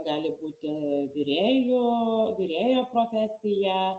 gali būti virėjų virėjo profesiją